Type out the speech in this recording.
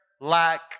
lack